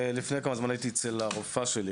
לפני כמה זמן הייתי אצל הרופאה שלי